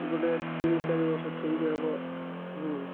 ଗୋଟେ ତିନି ଚାରି ବର୍ଷ ପିନ୍ଧି ହବ